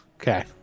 Okay